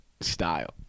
style